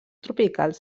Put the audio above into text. tropicals